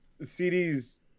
CDs